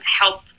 help